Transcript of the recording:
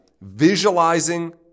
visualizing